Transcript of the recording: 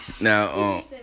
Now